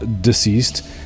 deceased